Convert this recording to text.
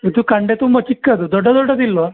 ಇದು ಕಂಡೆ ತುಂಬ ಚಿಕ್ಕದು ದೊಡ್ಡ ದೊಡ್ಡದಿಲ್ವಾ